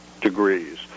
degrees